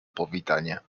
powitanie